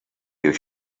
you